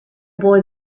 boy